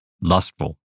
lustful